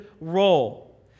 role